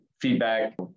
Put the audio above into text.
feedback